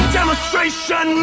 demonstration